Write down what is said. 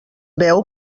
veu